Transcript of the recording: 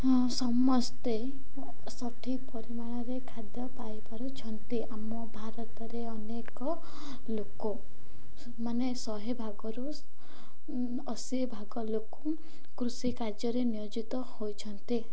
ହଁ ସମସ୍ତେ ସଠିକ୍ ପରିମାଣରେ ଖାଦ୍ୟ ପାଇପାରୁଛନ୍ତି ଆମ ଭାରତରେ ଅନେକ ଲୋକ ମାନେ ଶହେ ଭାଗରୁ ଅଶୀ ଭାଗ ଲୋକ କୃଷି କାର୍ଯ୍ୟରେ ନିୟୋଜିତ ହୋଇଛନ୍ତି